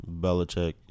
Belichick